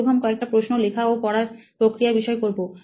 শুভম কয়েকটা প্রশ্ন লেখা ও পড়ার প্রক্রিয়ার বিষয়ে করবো